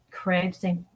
Crazy